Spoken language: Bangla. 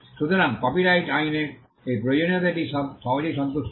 সুতরাং কপিরাইট আইনে এই প্রয়োজনীয়তাটি সহজেই সন্তুষ্ট